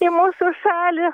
į mūsų šalį